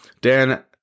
Dan